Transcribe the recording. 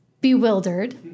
bewildered